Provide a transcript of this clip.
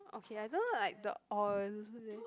okay I don't know like the oil